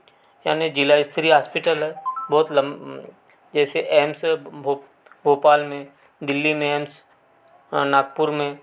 जाने जिला स्त्री हॉस्पिटल हैं बहुत जैसे एम्स भोपाल में दिल्ली में नागपुर में